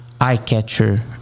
eye-catcher